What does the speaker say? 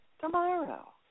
tomorrow